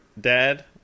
dad